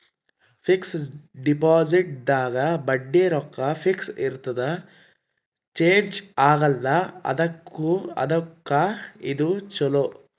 fix deposit ದಾಗ ಬಡ್ಡಿ ರೊಕ್ಕ ಫಿಕ್ಸ್ ಇರ್ತದ ಚೇಂಜ್ ಆಗಲ್ಲ ಅದುಕ್ಕ ಇದು ಚೊಲೊ